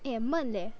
eh 很闷 leh